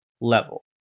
level